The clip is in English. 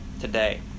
today